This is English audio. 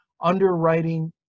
underwriting